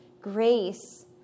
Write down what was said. grace